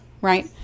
right